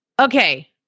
Okay